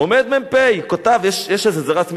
עומד מ"פ וכותב, יש את זה, זה רץ.